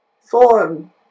form